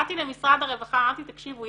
באתי למשרד הרווחה אמרתי תקשיבו,